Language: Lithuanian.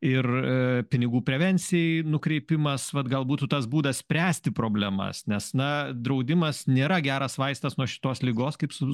ir pinigų prevencijai nukreipimas vat gal būtų tas būdas spręsti problemas nes na draudimas nėra geras vaistas nuo šitos ligos kaip su